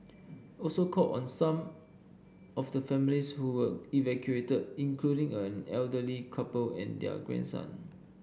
also called on some of the families who were evacuated including an elderly couple and their grandson